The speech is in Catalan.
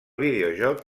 videojoc